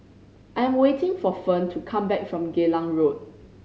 I'm waiting for Fern to come back from Geylang Road